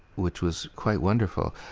which was quite wonderful.